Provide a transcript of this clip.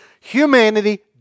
humanity